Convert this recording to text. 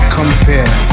compare